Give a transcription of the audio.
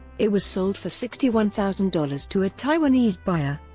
it was sold for sixty one thousand dollars to a taiwanese buyer.